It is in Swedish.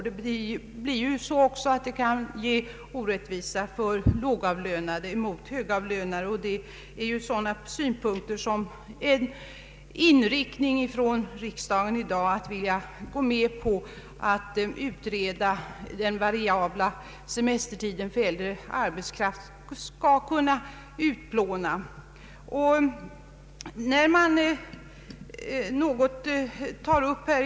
Det kan också bli orättvisor för lågavlönade i jämförelse med högavlönade. Det är sådant som en utredning om den variabla semestern för äldre arbetskraft skulle kunna bidra till att utplåna.